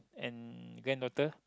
and granddaughter